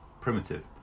primitive